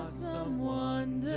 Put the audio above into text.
someone